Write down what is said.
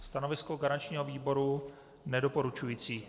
Stanovisko garančního výboru je nedoporučující.